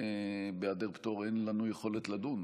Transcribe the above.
זה, לצערי הרב, בהיעדר פטור, אין לנו יכולת לדון.